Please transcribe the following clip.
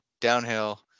downhill